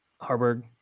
Harburg